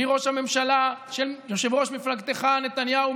מראש הממשלה ויושב-ראש מפלגתך נתניהו,